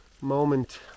moment